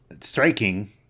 striking